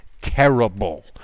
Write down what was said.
terrible